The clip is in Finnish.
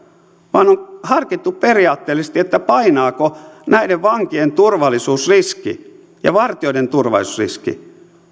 vaan on harkittu periaatteellisesti painaako näiden vankien turvallisuusriski ja vartijoiden turvallisuusriski ja